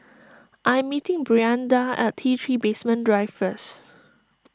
I am meeting Brianda at T three Basement Drive first